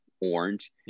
orange